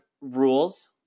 rules